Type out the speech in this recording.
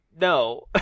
no